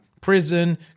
Prison